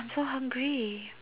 I'm so hungry